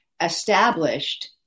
established